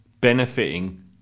benefiting